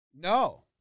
No